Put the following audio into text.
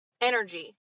energy